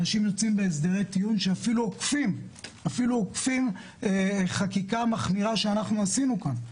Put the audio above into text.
אנשים יוצאים בהסדרי טיעון שעוקפים אפילו חקיקה מחמירה שעשינו כאן.